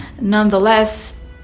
Nonetheless